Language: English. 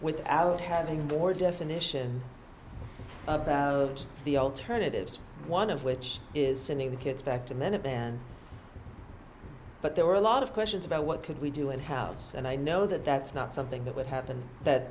without having more definition about the alternatives one of which is sending the kids back to minivan but there were a lot of questions about what could we do in house and i know that that's not something that would happen that